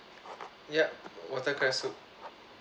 ya watercress soup